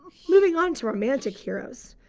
moving on to romantic heroes.